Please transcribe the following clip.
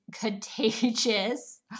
Contagious